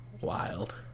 wild